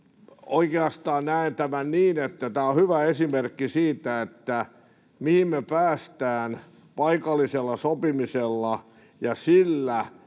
Oikeastaan näen tämän niin, että tämä on hyvä esimerkki siitä, mihin me päästään paikallisella sopimisella ja sillä,